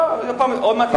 הוא אמר, המונים.